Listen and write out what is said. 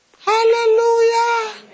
Hallelujah